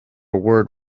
word